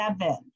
seven